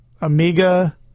Amiga